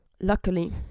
luckily